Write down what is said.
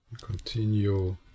continue